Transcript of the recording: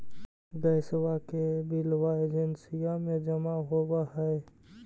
गैसवा के बिलवा एजेंसिया मे जमा होव है?